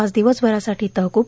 आज दिवसभरासाठी तहकूब